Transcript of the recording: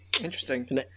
interesting